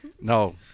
no